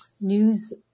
news